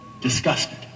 disgusted